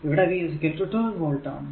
ഇവിടെ v 12 volt ആണ്